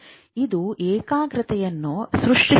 ಇದು ಏಕಾಗ್ರತೆಯನ್ನು ಸೃಷ್ಟಿಸುತ್ತದೆ